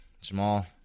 Jamal